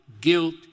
guilt